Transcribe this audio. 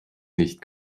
nicht